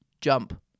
jump